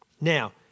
Now